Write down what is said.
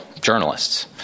journalists—